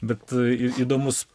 bet įdomus